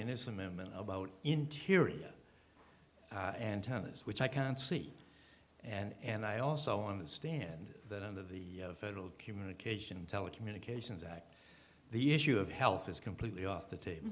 in this amendment about interior and habits which i can't see and i also understand that under the federal communication telecommunications act the issue of health is completely off the table